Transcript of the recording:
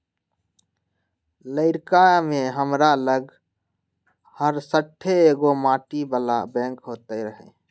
लइरका में हमरा लग हरशठ्ठो एगो माटी बला बैंक होइत रहइ